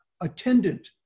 attendant